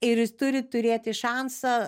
ir jis turi turėti šansą